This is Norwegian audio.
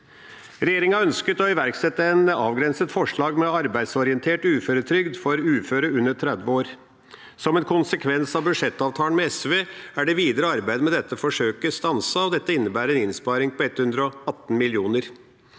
Regjeringa ønsket å iverksette et avgrenset forslag med arbeidsorientert uføretrygd for uføre under 30 år. Som en konsekvens av budsjettavtalen med SV er det videre arbeidet med dette forsøket stanset, og det innebærer en innsparing på 118 mill. kr.